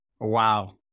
Wow